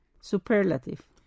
Superlative